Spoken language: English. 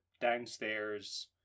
downstairs